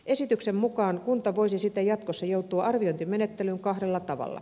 esityksen mukaan kunta voisi siten jatkossa joutua arviointimenettelyyn kahdella tavalla